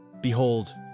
Behold